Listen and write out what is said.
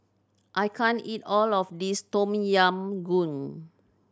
I can't eat all of this Tom Yam Goong